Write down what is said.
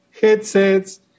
headsets